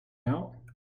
out